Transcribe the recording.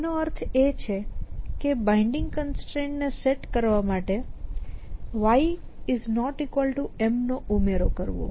તેનો અર્થ એ છે કે બાઈન્ડિંગ કન્સ્ટ્રેઇન્ટ્સ ને સેટ કરવા માટે yM નો ઉમેરો કરવો